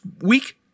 week—